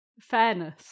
fairness